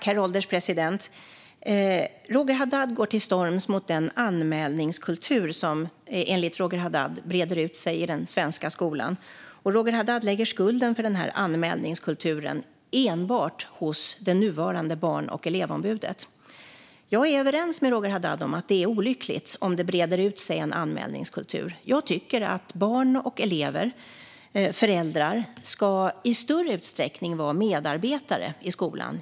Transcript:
Herr ålderspresident! Roger Haddad går till storms mot den anmälningskultur som enligt honom breder ut sig i den svenska skolan. Roger Haddad lägger skulden för anmälningskulturen enbart på det nuvarande Barn och elevombudet. Jag är överens med Roger Haddad om att det är olyckligt om det breder ut sig en anmälningskultur. Jag tycker att barn, elever och föräldrar i större utsträckning ska vara medarbetare i skolan.